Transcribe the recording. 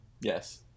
Yes